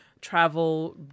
travel